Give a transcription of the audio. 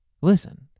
listen